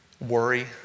Worry